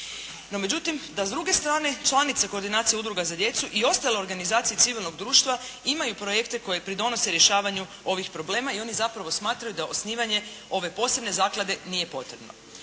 međutim, da s druge stranice članice koordinacije udruga za djecu i ostale organizacije civilnog društva, imaju projekte koji pridonose rješavanju ovih problem i oni zapravo smatraju da osnivanje ove posebne zaklade nije potrebno.